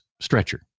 stretcher